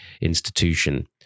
institution